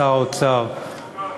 שר האוצר,